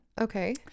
Okay